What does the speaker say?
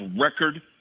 record